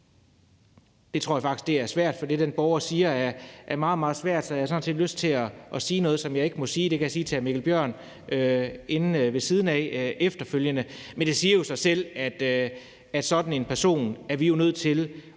det tror jeg faktisk bliver svært, for i forhold til det, den borger siger, er det meget, meget svært, så jeg har sådan set lyst til at sige noget, som jeg ikke må sige, men det kan jeg sige til hr. Mikkel Bjørn inde ved siden af efterfølgende. Men det siger sig selv, at sådan en person er vi jo nødt til